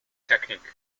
technique